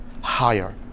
higher